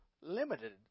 limited